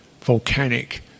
volcanic